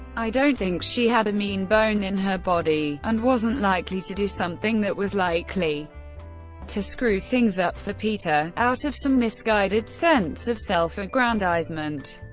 i don't think she had a mean bone in her body, and wasn't likely to do something that was likely to screw things up for peter, out of some misguided sense of self-aggrandizement,